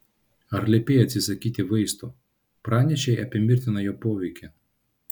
ar liepei atsisakyti vaisto pranešei apie mirtiną jo poveikį